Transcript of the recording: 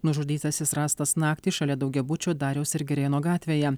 nužudytasis rastas naktį šalia daugiabučio dariaus ir girėno gatvėje